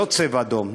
לא צבע אדום,